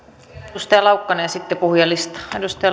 edustaja laukkanen ja sitten puhujalistaan